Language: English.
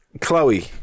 Chloe